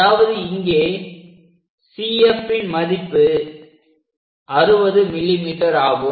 அதாவது இங்கே CFன் மதிப்பு 60 mm ஆகும்